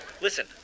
Listen